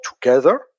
together